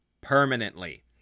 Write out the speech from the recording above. permanently